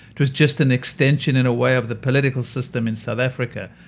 it was just an extension in a way of the political system in south africa.